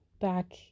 back